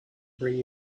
bring